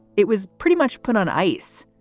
it was pretty much put on ice.